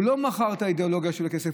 הוא לא מכר את האידיאולוגיה שלו בכסף,